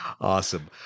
Awesome